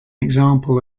example